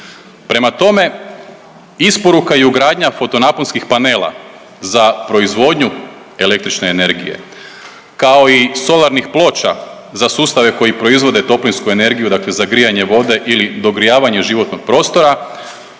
Prema tome isporuka i ugradnja foto naponskih panela za proizvodnju električne energije, kao i solarnih ploča za sustave koji proizvode toplinsku energiju dakle za grijanje vode ili dogrijavanje životnog prostora